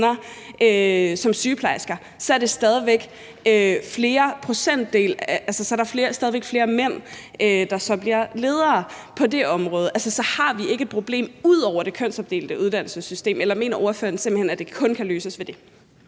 er sygeplejersker, så er der stadig væk procentmæssigt flere mænd, der bliver ledere på det område. Så har vi ikke et problem ud over det kønsopdelte uddannelsessystem, eller mener ordføreren simpelt hen, at det kun kan løses ved det?